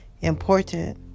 important